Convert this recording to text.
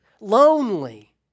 lonely